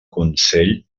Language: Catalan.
consell